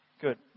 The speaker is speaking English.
Good